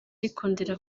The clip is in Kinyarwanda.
yikundira